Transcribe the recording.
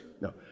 No